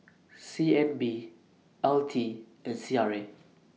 C N B L T and C R A